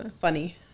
funny